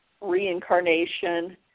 reincarnation